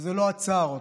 וזה לא עצר אותם,